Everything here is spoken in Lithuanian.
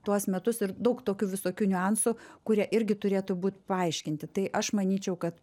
tuos metus ir daug tokių visokių niuansų kurie irgi turėtų būt paaiškinti tai aš manyčiau kad